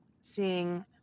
seeing